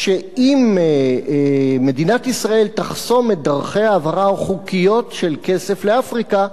שאם מדינת ישראל תחסום את דרכי ההעברה החוקיות של כסף לאפריקה,